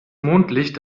mondlicht